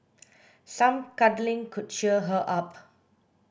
some cuddling could cheer her up